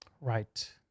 Right